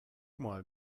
mal